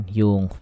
yung